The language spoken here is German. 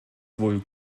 wohl